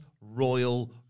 Royal